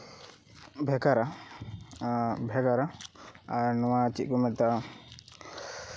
ᱵᱷᱮᱜᱟᱨᱟ ᱵᱷᱮᱜᱟᱨᱟ ᱟᱨ ᱱᱚᱣᱟ ᱪᱮᱫ ᱠᱚ ᱢᱮᱛᱟᱜᱼᱟ